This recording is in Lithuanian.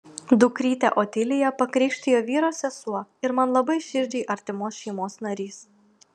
dukrytę otiliją pakrikštijo vyro sesuo ir man labai širdžiai artimos šeimos narys